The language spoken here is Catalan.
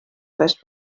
res